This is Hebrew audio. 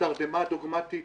מהתרדמה הדוגמטית